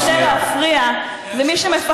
מותר להגיש ממחטה וכוס מים,